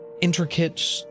intricate